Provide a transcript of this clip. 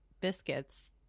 biscuits